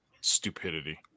stupidity